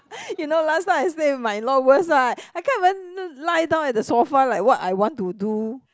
you know last time I stay with my in laws worse right I can't even lie down on the sofa like what I want to do